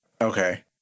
Okay